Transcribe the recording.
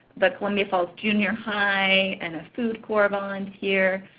the columbia falls junior high, and a food corps volunteer.